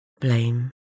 blame